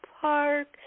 Park